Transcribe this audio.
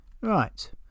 Right